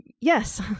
Yes